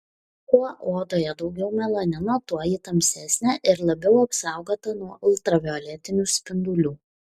kuo odoje daugiau melanino tuo ji tamsesnė ir labiau apsaugota nuo ultravioletinių spindulių